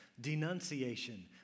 denunciation